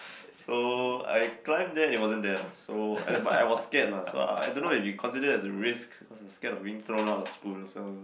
so I climb there it wasn't there lah so at the point I was scared lah so I don't know if it's considered a risk cause I scared of being thrown out of school so